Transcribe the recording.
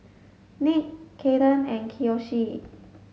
Nick Caiden and Kiyoshi